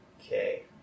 Okay